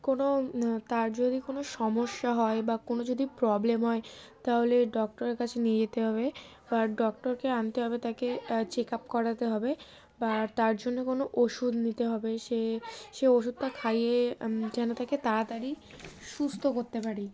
কোনো তার যদি কোনো সমস্যা হয় বা কোনো যদি প্রবলেম হয় তাহলে ডক্টরের কাছে নিয়ে যেতে হবে বা ডক্টরকে আনতে হবে তাকে চেক আপ করাতে হবে বা তার জন্য কোনো ওষুধ নিতে হবে সে সে ওষুধটা খাইয়ে যেন তাকে তাড়াতাড়ি সুস্থ করতে পারি